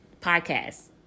podcast